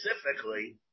specifically